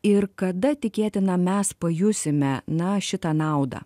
ir kada tikėtina mes pajusime na šitą naudą